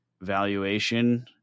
valuation